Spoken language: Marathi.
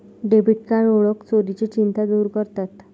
डेबिट कार्ड ओळख चोरीची चिंता दूर करतात